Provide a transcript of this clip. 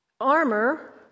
armor